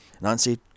Nancy